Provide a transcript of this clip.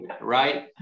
Right